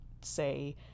say